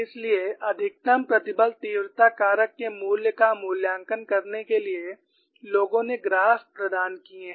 इसलिए अधिकतम प्रतिबल तीव्रता कारक के मूल्य का मूल्यांकन करने के लिए लोगों ने ग्राफ प्रदान किए हैं